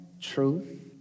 truth